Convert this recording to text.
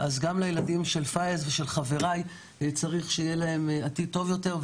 אז גם לילדים של פאיז ושל חבריי צריך שיהיה להם עתיד טוב יותר.